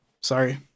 Sorry